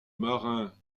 marin